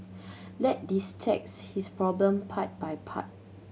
let's this problem part by part